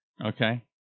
Okay